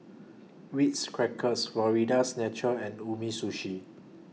Ritz Crackers Florida's Natural and Umisushi